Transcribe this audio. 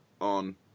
on